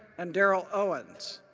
and darrel owens.